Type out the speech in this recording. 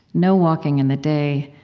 no walking in the day,